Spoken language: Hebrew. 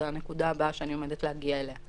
זאת הנקודה הבאה שאני עומדת להגיע אליה.